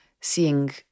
seeing